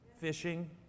fishing